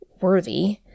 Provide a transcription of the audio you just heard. worthy